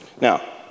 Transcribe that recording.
Now